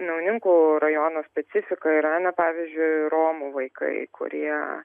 naujininkų rajono specifika yra na pavyzdžiui romų vaikai kurie